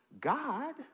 God